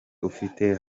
ufite